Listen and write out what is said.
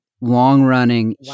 long-running